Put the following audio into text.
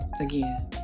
again